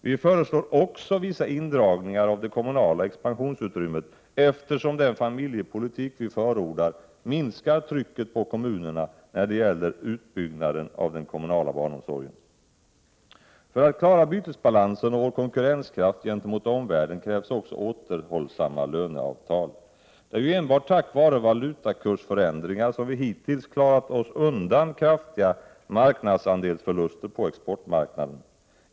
Vi föreslår också vissa indragningar av det kommunala expansionsutrymmet, eftersom den familjepolitik vi förordar minskar trycket på kommunerna när det gäller utbyggnaden av den kommunala barnomsorgen. För att klara bytesbalansen och vår konkurrenskraft gentemot omvärlden krävs också återhållsamma löneavtal. Det är ju enbart tack vare valutakursförändringar som vi hittills klarat oss undan kraftiga marknadsandelsförluster på exportmarknaden.